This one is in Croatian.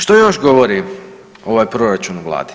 Što još govori ovaj proračun o Vladi?